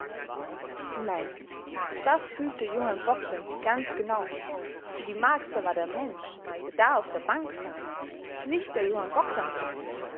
nein das fühlte johann bogdn ganz genau für die marcsa war der mensch der da auf der bank saß nicht der johann bogdn mehr